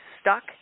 stuck